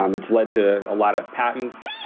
um it's led to a lot of patents.